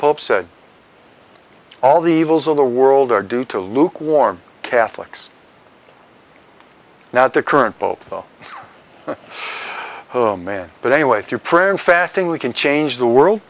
pope said all the evils of the world are due to lukewarm catholics now the current pope oh man but anyway through prayer and fasting we can change the world